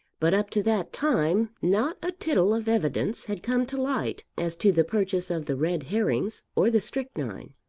but up to that time not a tittle of evidence had come to light as to the purchase of the red herrings or the strychnine.